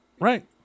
right